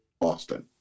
austin